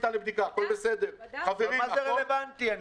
מה זה רלוונטי?